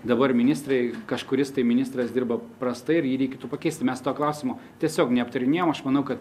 dabar ministrai kažkuris ministras dirba prastai ir jį reikėtų pakeisti mes to klausimo tiesiog neaptarinėjom aš manau kad